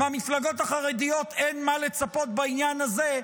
מהמפלגות החרדיות אין מה לצפות בעניין הזה,